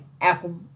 Apple